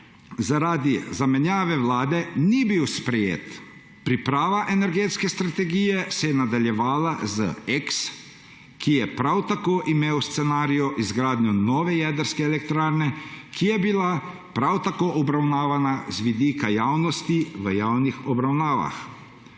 zaradi zamenjave vlade ni bil sprejet, priprava energetske strategije se je nadaljevala z EKS, ki je prav tako imel v scenariju izgradnjo nove jedrske elektrarne, ki je bila prav tako obravnavana z vidika javnosti v javnih obravnavah.